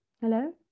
Hello